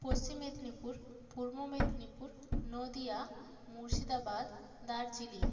Paschim Medinipur Purba Medinipur Nadia Murshidabad Darjeeling